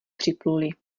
připluli